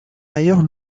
ailleurs